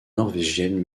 norvégienne